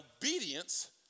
obedience